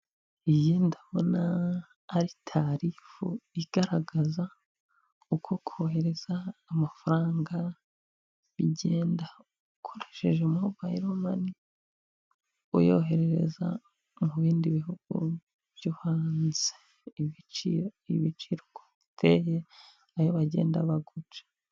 Iyi ndabona ari tarifu igaragaza uko kohereza amafaranga bigenda ukoresheje mobayiro mani uyoherereza mu bindi bihugu byo hanze, ibiciro uko biteye, ayo bagenda baguca.